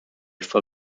for